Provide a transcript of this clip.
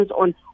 on